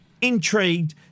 intrigued